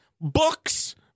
books